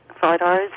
photos